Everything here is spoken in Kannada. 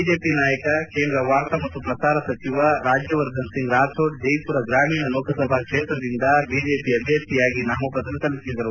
ಬಿಜೆಪಿ ನಾಯಕ ಕೇಂದ್ರ ವಾರ್ತಾ ಮತ್ತು ಪ್ರಸಾರ ಸಚಿವ ರಾಜ್ಯವರ್ಧನ್ ರಾಥೋಡ್ ಜಯಮರ ಗ್ರಾಮೀಣ ಲೋಕಸಭಾ ಕ್ಷೇತ್ರದಿಂದ ಬಿಜೆಪಿ ಅಭ್ಯರ್ಥಿಯಾಗಿ ನಾಮಪತ್ರ ಸಲ್ಲಿಸಿದರು